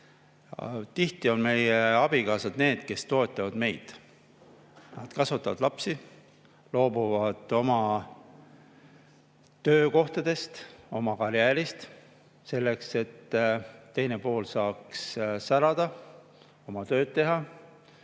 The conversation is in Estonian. Tihti on meie abikaasad need, kes toetavad meid. Nad kasvatavad lapsi, loobuvad oma töökohtadest, oma karjäärist, selleks et teine pool saaks särada, oma tööd teha.